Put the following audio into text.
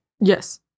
yes